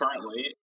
currently